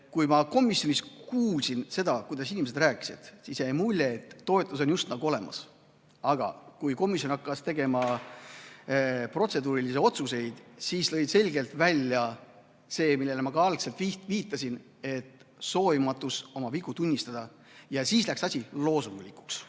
kui ma komisjonis kuulasin seda, mida inimesed rääkisid – jäi mulje, et toetus on justnagu olemas. Aga kui komisjon hakkas tegema protseduurilisi otsuseid, siis lõi selgelt välja see, millele ma algselt viitasin: soovimatus oma vigu tunnistada. Ja siis läks asi loosunglikuks.